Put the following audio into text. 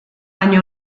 hain